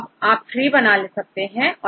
तो अब आप ट्री बना सकते हैं